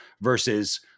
versus